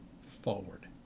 forward